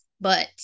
But-